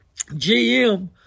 GM